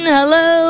Hello